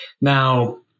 Now